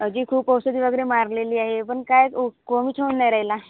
आधी खूप औषधी वगैरे मारलेली आहे पण काहीच उ कोणीच होऊन नाही राहिला